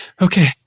Okay